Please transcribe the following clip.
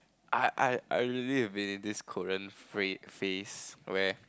I I I lately have been in this Korean phrase phase where